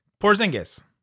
Porzingis